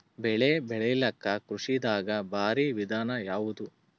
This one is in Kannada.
ಬೆಳೆ ಬೆಳಿಲಾಕ ಕೃಷಿ ದಾಗ ಭಾರಿ ವಿಧಾನ ಯಾವುದು?